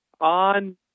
on